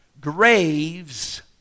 graves